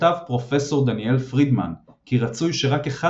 כתב פרופ' דניאל פרידמן כי רצוי שרק אחד